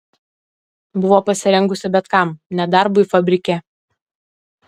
buvo pasirengusi bet kam net darbui fabrike